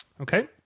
Okay